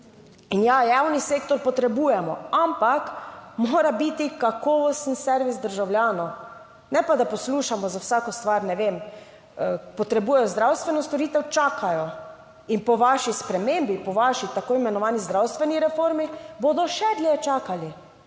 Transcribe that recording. In ja, javni sektor potrebujemo, ampak mora biti kakovosten servis državljanov, ne pa da poslušamo za vsako stvar, ne vem, potrebujejo zdravstveno storitev - čakajo. In po vaši spremembi, po vaši tako imenovani zdravstveni reformi bodo še dlje čakali,